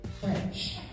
French